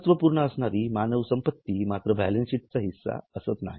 महत्वपूर्ण असणारी मानव संपत्ती मात्र बॅलन्स शीट चा हिस्सा असत नाही